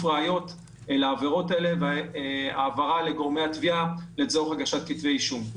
ראיות לעבירות האלה והעברה לגורמי התביעה לצורך הגשת כתבי אישום.